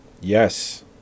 Yes